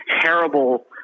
terrible